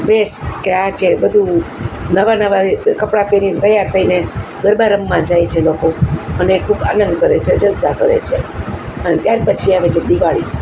dress કે આ છે બધુ નવા નવા કપડા પહેરીને તૈયાર થઈને ગરબા રમવા જાય છે લોકો અને ખૂબ આનંદ કરે છે જલસા કરે છે અને ત્યાર પછી આવે છે દિવાળી